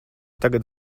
tagad